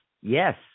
yes